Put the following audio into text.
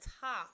top